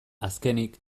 azkenik